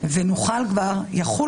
הוא ידבר